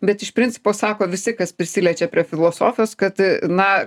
bet iš principo sako visi kas prisiliečia prie filosofijos kad na